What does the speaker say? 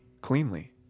cleanly